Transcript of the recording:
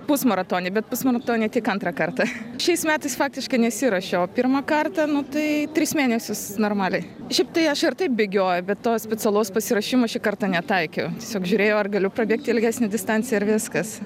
pusmaratonį bet pusmaratonį tik antrą kartą šiais metais faktiškai nesiruošiau o pirmą kartą nu tai tris mėnesius normaliai šiaip tai aš ir taip bėgioju bet to specialaus pasiruošimo šį kartą netaikiau tiesiog žiūrėjau ar galiu prabėgt ilgesnę distanciją ir viskas